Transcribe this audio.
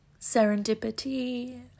serendipity